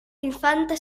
infanta